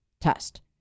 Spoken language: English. test